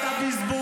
לא, אתה תדע לדבר.